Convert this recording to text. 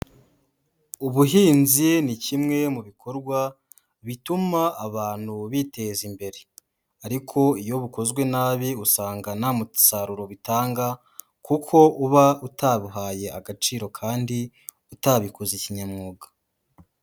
Ubuhinzi ni kimwe mu bikorwa bituma abantu biteza imbere ariko iyo bukozwe nabi usanga nta musaruro butanga kuko uba utabuhaye agaciro kandi utabikoze kinyamwuga.